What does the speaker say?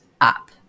up